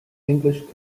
english